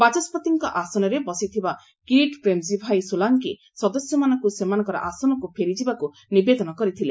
ବାଚସ୍ୱତିଙ୍କ ଆସନରେ ବସିଥିବା କିରିଟ୍ ପ୍ରେମ୍ଜୀଭାଇ ସୋଲାଙ୍କି ସଦସ୍ୟମାନଙ୍କୁ ସେମାନଙ୍କର ଆସନକୁ ଫେରିଯିବାକୁ ନିବେଦନ କରିଥିଲେ